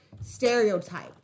stereotype